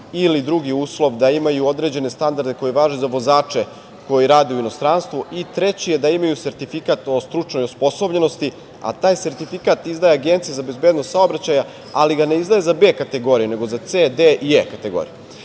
ili, drugi uslov, da imaju određene standarde koji važe za vozače koji rade u inostranstvu i, treći, da imaju sertifikat o stručnoj osposobljenosti, a taj sertifikat izdaje Agencija za bezbednost saobraćaja, ali ga ne izdaje za B kategoriju, nego za C, D i E kategorije. Oni